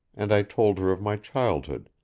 and i told her of my childhood,